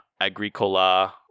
Agricola